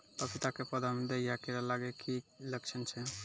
पपीता के पौधा मे दहिया कीड़ा लागे के की लक्छण छै?